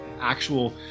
actual